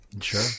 Sure